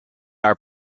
our